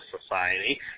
Society